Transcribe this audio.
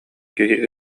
киһи